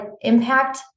impact